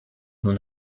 nun